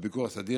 והביקור הסדיר.